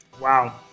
Wow